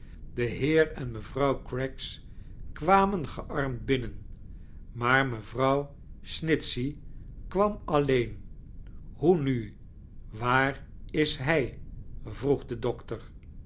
de heer en mevrouw craggs kwamen gearmd binnen maar mevrouw snitchey kwam alleen hoe nu waar is hij vroeg de doctor